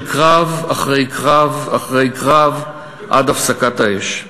של קרב אחרי קרב אחרי קרב, עד הפסקת האש.